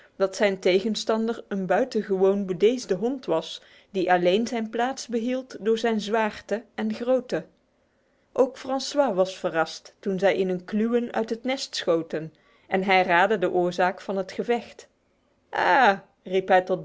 dat zijn tegenstander een buitengewoon bedeesde hond was die alleen zijn plaats behield door zijn zwaarte en grootte ook francois was verrast toen zij in een kluwen uit het nest schoten en hij raadde de oorzaak van het gevecht